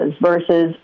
versus